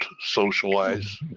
socialize